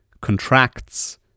contracts